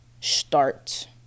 start